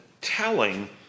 telling